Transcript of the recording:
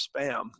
spam